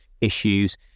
issues